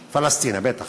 פלשתינה, בטח.